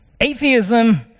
Atheism